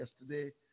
yesterday